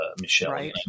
Michelle